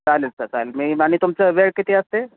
चालेल सर चालेल मी आणि तुमचं वेळ किती असते